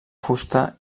fusta